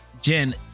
Jen